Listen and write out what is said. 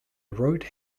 wrote